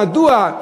מדוע?